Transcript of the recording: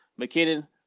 McKinnon